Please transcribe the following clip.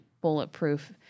bulletproof